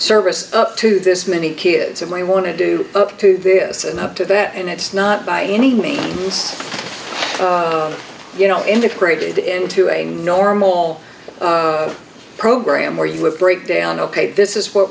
service up to this many kids and we want to do up to this and up to that and it's not by any means you know integrated into a normal all program where you live break down ok this is what